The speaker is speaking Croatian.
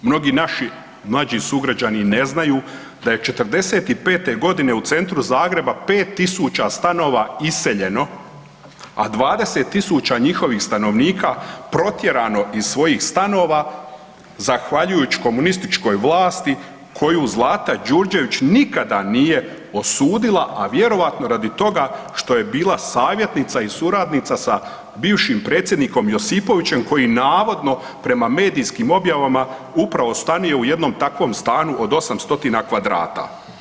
Mnogi naši mlađi sugrađani ne znaju da je '45.g. u centru Zagreba 5.000 stanova iseljeno, a 20.000 njihovih stanovnika protjerano iz svojih stanova zahvaljujući komunističkoj vlasti koju Zlata Đurđević nikada nije osudila, a vjerojatno radi toga što je bila savjetnica i suradnica sa bivšim predsjednikom Josipovićem koji navodno prema medijskim objavama upravo stanuje u jednom takvom stanu od 800 kvadrata.